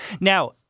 Now